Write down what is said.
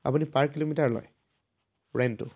আপুনি per kilometre লয় ৰেণ্টটো